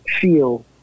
feel